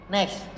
Next